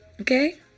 Okay